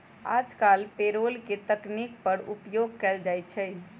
याजकाल पेरोल के तकनीक पर उपयोग कएल जाइ छइ